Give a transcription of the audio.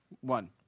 One